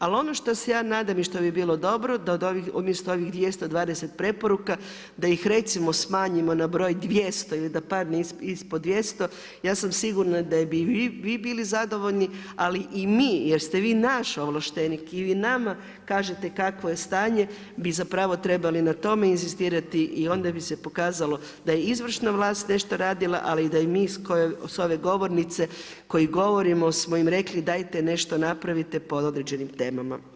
Ali ono što se ja nadam i što bi bilo dobro da umjesto ovih 220 preporuka da ih recimo smanjimo na broj 200 ili da padne ispod 200 ja sam sigurna da bi i vi bili zadovoljni ali i mi jer ste vi naš ovlaštenik i vi nama kažete kakvo je stanje bi zapravo trebali na tome inzistirati i onda bi se pokazalo da je izvršna vlast nešto radila ali i da mi s ove govornice koji govorimo smo im rekli dajte nešto napravite pod određenim temama.